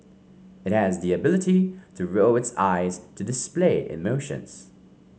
it has the ability to roll its eyes to display emotions